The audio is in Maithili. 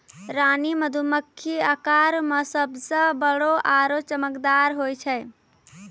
रानी मधुमक्खी आकार मॅ सबसॅ बड़ो आरो चमकदार होय छै